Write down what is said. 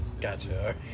Gotcha